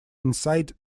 inside